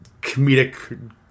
comedic